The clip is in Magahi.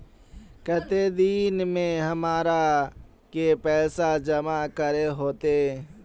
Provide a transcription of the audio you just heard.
केते दिन में हमरा के पैसा जमा करे होते?